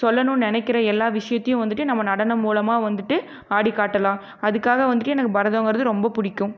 சொல்லணும் நினைக்கிற எல்லா விஷயத்தையும் வந்துட்டு நம்ம நடனம் மூலமாக வந்துட்டு ஆடிக்காட்டலாம் அதுக்காக வந்துட்டு எனக்கு பரதம்ங்கிறது ரொம்ப பிடிக்கும்